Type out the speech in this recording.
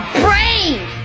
brave